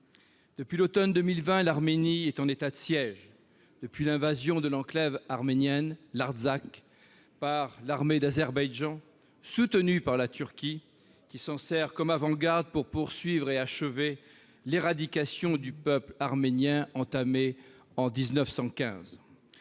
Depuis l'automne 2020, l'Arménie est en état de siège, après l'invasion de l'enclave arménienne de l'Artsakh par l'armée d'Azerbaïdjan, soutenue par la Turquie, qui s'en sert comme avant-garde pour poursuivre et achever l'éradication du peuple arménien entamée en 1915.